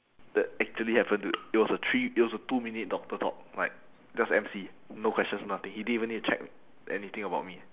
that actually happened to it was a three it was a two minute doctor talk like just M_C no questions nothing he didn't even need to check anything about me